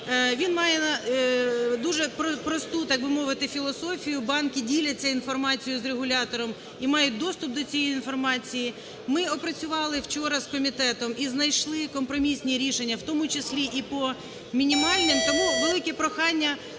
він має дуже просту, так би мовити, філософію, банки діляться інформацією з регулятором і мають доступ до цієї інформації. Ми опрацювали вчора з комітетом і знайшли компромісні рішення, в тому числі і по мінімальним… Тому велике прохання